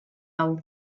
hau